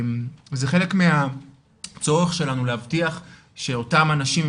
זה חלק הצורך שלנו להבטיח שאותם אנשים עם